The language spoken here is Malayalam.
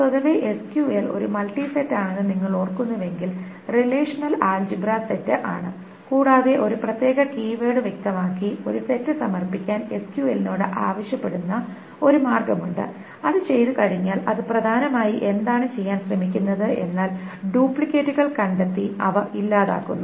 സ്വതവേ SQL ഒരു മൾട്ടി സെറ്റ് ആണെന്ന് നിങ്ങൾ ഓർക്കുന്നുവെങ്കിൽ റിലേഷണൽ അൽജിബ്ര സെറ്റ് ആണ് കൂടാതെ ഒരു പ്രത്യേക കീവേഡ് വ്യക്തമാക്കി ഒരു സെറ്റ് സമർപ്പിക്കാൻ SQL നോട് ആവശ്യപ്പെടുന്ന ഒരു മാർഗമുണ്ട് അത് ചെയ്തുകഴിഞ്ഞാൽ അത് പ്രധാനമായും എന്താണ് ചെയ്യാൻ ശ്രമിക്കുന്നത് എന്നാൽ ഡ്യൂപ്ലിക്കേറ്റുകൾ കണ്ടെത്തി അവ ഇല്ലാതാക്കുന്നു